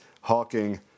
hawking